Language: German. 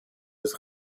des